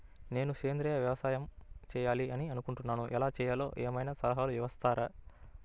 నేను సేంద్రియ వ్యవసాయం చేయాలి అని అనుకుంటున్నాను, ఎలా చేయాలో ఏమయినా సలహాలు ఇస్తారా?